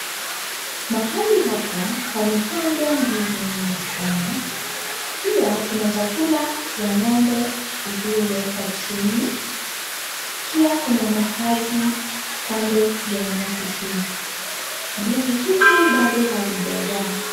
Pahali hapa pamepandwa ndizi nyingi sana pia kuna chakula ya ngombe iliyoekwa chini, pia kuna makazi kando ya nyasi hii, ndizi hizi bado hazijazaa.